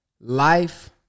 life